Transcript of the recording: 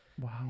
wow